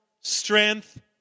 strength